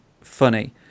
funny